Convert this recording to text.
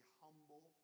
humble